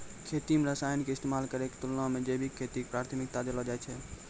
खेती मे रसायन के इस्तेमाल करै के तुलना मे जैविक खेती के प्राथमिकता देलो जाय छै